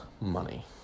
money